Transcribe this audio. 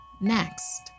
Next